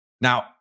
Now